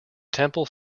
temple